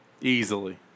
Easily